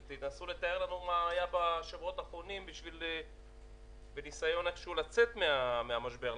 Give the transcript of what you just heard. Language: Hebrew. תנסו לתאר לנו מה היה בשבועות האחרונים בניסיון לצאת מהמשבר.